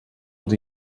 els